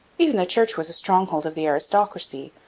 even the church was a stronghold of the aristocracy,